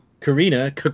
karina